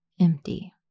Empty